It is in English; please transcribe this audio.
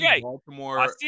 Baltimore